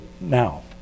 now